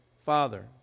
father